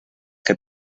que